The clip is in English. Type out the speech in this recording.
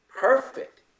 Perfect